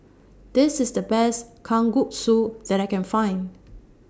This IS The Best Kalguksu that I Can Find